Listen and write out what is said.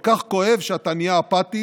זה כל כך כואב שאתה נהיה אפאתי,